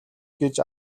гэж